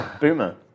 Boomer